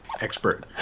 expert